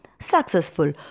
successful